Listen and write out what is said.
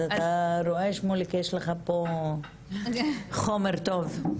אז אתה רואה שמוליק, יש לך פה חומר טוב.